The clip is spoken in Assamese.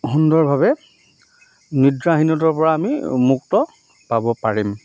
সুন্দৰভাৱে নিদ্ৰাহীনতাৰ পৰা আমি মুক্ত পাব পাৰিম